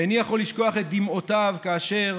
איני יכול לשכוח את דמעותיו כאשר